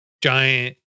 giant